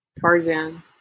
Tarzan